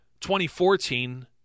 2014